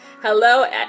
hello